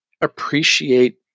appreciate